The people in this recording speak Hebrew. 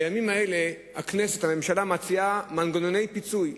בימים האלה הממשלה מציעה מנגנוני פיצוי,